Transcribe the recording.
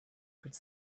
could